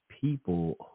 people